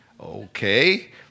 okay